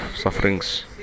sufferings